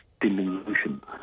diminution